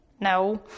No